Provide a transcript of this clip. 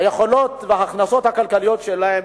היכולות וההכנסות הכלכליות שלהם